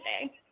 today